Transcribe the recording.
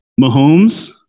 Mahomes